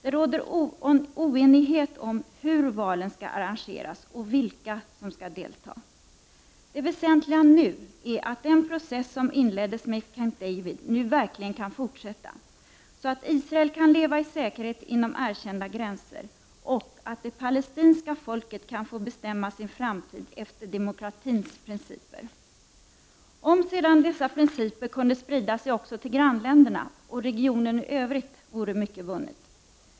Det råder oenighet om hur valen skall arrangeras och vilka som skall delta. Det väsentliga nu är att den process som inleddes med Camp David nu verkligen kan fortsätta så att Israel kan leva i säkerhet inom erkända gränser och att det palestinska folket kan få bestämma sin framtid efter demokratins principer. Om sedan dessa principer kunde sprida sig också till grannländerna och regionen i övrigt vore mycket vunnet.